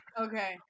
Okay